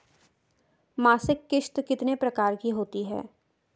मासिक किश्त कितने प्रकार की होती है?